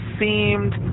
seemed